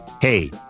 hey